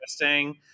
interesting